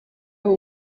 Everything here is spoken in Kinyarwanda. aho